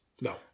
No